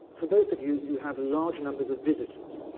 for both of you, you have large numbers of visitors.